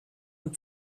und